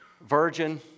Virgin